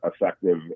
effective